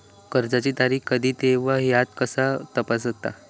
कर्जाची तारीख कधी येता ह्या कसा तपासतत?